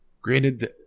Granted